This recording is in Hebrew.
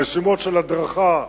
המשימות של הדרכה,